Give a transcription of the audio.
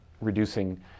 reducing